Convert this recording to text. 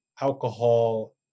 alcohol